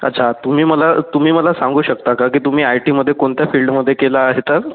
अच्छा तुम्ही मला तुम्ही मला सांगू शकता का की तुम्ही आई टीमदे कोणत्या फील्डमध्ये केलं आहे तर